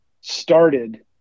started